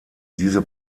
diese